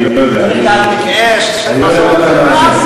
אני לא יודע, אני לא יודע על מה אתה מדבר.